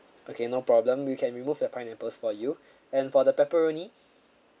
okay no problem we can remove the pineapples for you and for the pepperoni